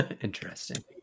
Interesting